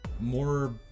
more